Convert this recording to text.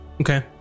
Okay